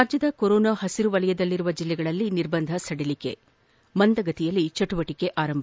ರಾಜ್ವದ ಕೊರೊನಾ ಹಸಿರು ವಲಯದಲ್ಲಿರುವ ಜಿಲ್ಲೆಗಳಲ್ಲಿ ನಿರ್ಬಂಧ ಸಡಿಲಿಕೆ ಮಂದಗತಿಯಲ್ಲಿ ಚಟುವಟಕೆ ಆರಂಭ